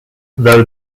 though